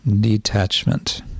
detachment